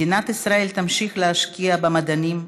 מדינת ישראל תמשיך להשקיע במדענים,